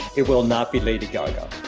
it will not be lady gaga